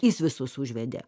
jis visus užvedė